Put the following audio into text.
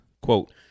quote